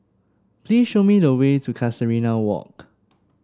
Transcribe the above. please show me the way to Casuarina Walk